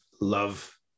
love